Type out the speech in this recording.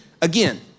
again